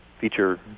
feature